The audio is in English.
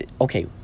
okay